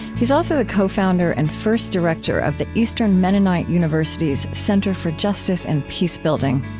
he is also the co-founder and first director of the eastern mennonite university's center for justice and peacebuilding.